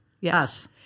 Yes